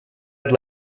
red